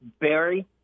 Barry